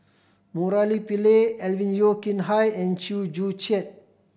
Murali Pillai Alvin Yeo Khirn Hai and Chew Joo Chiat